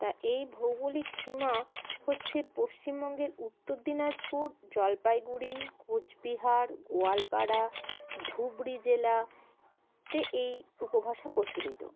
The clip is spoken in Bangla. তা এই ভৌগোলিক সীমা হচ্ছে পশ্চিমবঙ্গের উত্তর দিনাজপুর জলপাইগুড়ি কোচবিহার গোয়ালপাড়া ধুবড়ি জেলাতে এই উপভাষা প্রচলিত